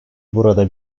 burada